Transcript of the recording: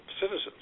citizens